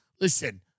Listen